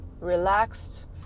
relaxed